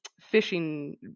fishing